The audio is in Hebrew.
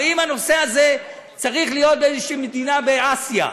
הרי אם הנושא הזה צריך להיות באיזושהי מדינה באסיה,